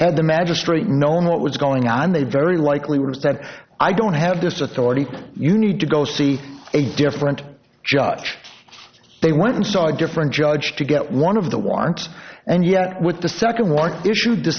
and the magistrate known what was going on they very likely was that i don't have this authority you need to go see a different judge they went and saw a different judge to get one of the want and yet with the second one issued t